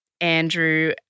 Andrew